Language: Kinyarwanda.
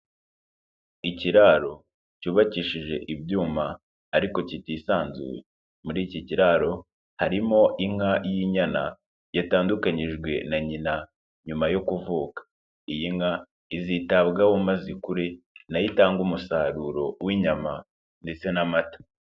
Ikiraro cyubakishije ibyuma ariko kitisanzuye, muri iki kiraro harimo inka y'inyana yatandukanyijwe na nyina nyuma yo kuvuka. Iyi nka izitabwaho maze ikure nayo itange umusaruro w'inyama ndetse n'amata.